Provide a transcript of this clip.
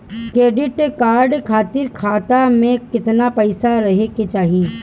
Credit card खातिर खाता में केतना पइसा रहे के चाही?